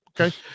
Okay